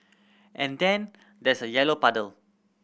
and then there's a yellow puddle